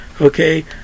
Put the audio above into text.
okay